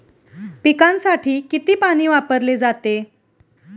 पिकांसाठी किती पाणी वापरले जाते?